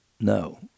no